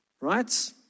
Right